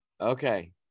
Okay